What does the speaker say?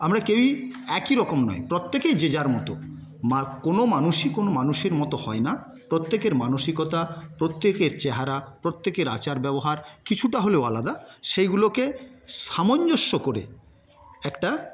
আমরা কেউই একইরকম নই প্রত্যেকেই যে যার মতো কোনো মানুষই কোনো মানুষের মতো হয়না প্রত্যেকের মানসিকতা প্রত্যেকের চেহারা প্রত্যেকের আচার ব্যবহার কিছুটা হলেও আলাদা সেইগুলোকে সামঞ্জস্য করে একটা